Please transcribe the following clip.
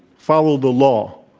follow the law.